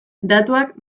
datuak